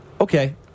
okay